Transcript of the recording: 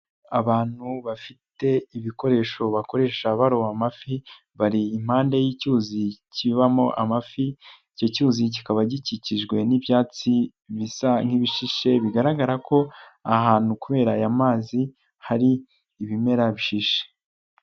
Abantu bafite ibikoresho bakoresha baroma amafi bari impande y'icyuzi kibamo amafi, icyo cyuzi kikaba gikikijwe n'ibyatsi bisa nk'ibishishe bigaragara ko ahantu kubera aya mazi hari ibimera bishishe.